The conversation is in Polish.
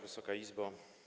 Wysoka Izbo!